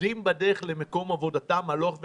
עובדים בדרך למקום עבודתם הלוך וחזור,